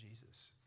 Jesus